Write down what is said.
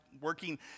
working